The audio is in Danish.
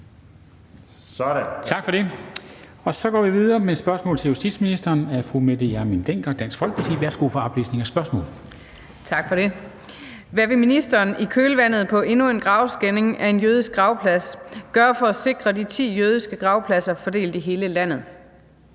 af? Tak for det. Så går vi videre med et spørgsmål til justitsministeren af fru Mette Hjermind Dencker, Dansk Folkeparti. Kl. 13:22 Spm. nr. S 1259 4) Til justitsministeren af: Mette Hjermind Dencker (DF): Hvad vil ministeren – i kølvandet på endnu en gravskænding af en jødisk gravplads – gøre for at sikre de ti jødiske gravpladser fordelt i hele landet?